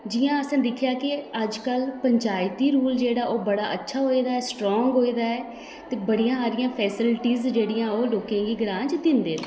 जि'यां असें दिक्खेआ केह् अजकल्ल पंचायती रूल जेह्ड़ा ओह् बड़ा अच्छा होए दा ऐ स्ट्रांग होए दा ऐ ते बड़ियां हारियां फैसिलिटिस जेह्ड़ियां ओह् लोकें गी ग्रांऽ च दिंदे न